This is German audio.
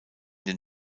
den